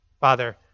Father